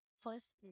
First